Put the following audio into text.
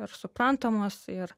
ir suprantamos ir